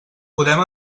podem